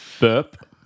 Burp